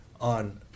on